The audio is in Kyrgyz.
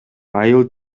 айыл